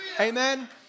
Amen